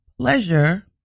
pleasure